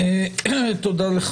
תודה.